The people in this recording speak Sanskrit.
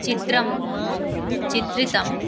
चित्रं चित्रितम्